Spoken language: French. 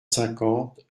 cinquante